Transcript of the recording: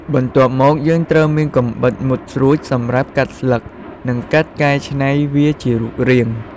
បន្ទាប់មក យើងត្រូវមានកាំបិតមុតស្រួចសម្រាប់កាត់ស្លឹក និងកាត់កែឆ្នៃវាជារូបរាង។